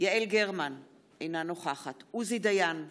יעל גרמן, אינה נוכחת עוזי דיין,